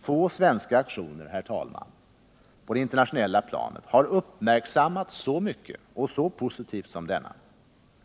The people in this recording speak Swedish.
Få svenska aktioner på det internationella planet har uppmärksammats så mycket och så positivt som denna.